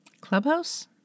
Clubhouse